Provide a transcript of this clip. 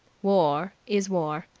war is war,